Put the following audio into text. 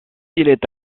est